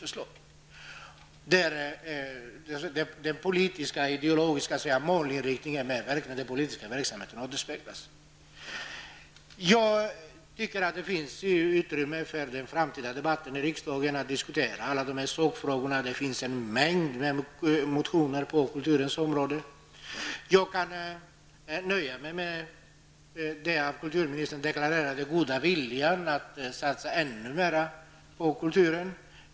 Det är den politiska, ideologiska målinriktningen i verksamheten som återspeglas där. Jag tror att det finns utrymme för en framtida debatt här i riksdagen om alla dessa frågor. Det finns en mängd motioner på kulturområdet. Jag kan nöja mig med att notera att kulturministern deklarerade den goda viljan att satsa ännu mer på kulturen.